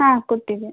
ಹಾಂ ಕೊಟ್ಟಿದೆ